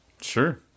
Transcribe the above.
Sure